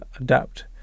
adapt